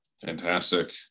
Fantastic